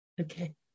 Okay